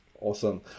Awesome